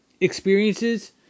experiences